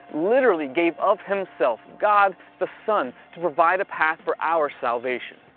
literally gave of himself, god the son, to provide a path for our salvation.